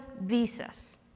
visas